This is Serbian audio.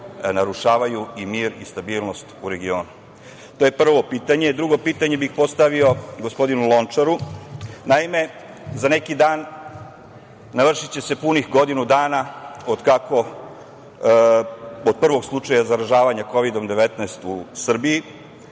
narušavaju i mir i stabilnost regionu. To je prvo pitanje. Drugo pitanje bih postavio gospodinu Lončaru. Naime, za neki dan navršiće se punih godinu dana od prvog slučaja zaražavanja kovidom 19 u Srbiji.